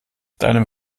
deinem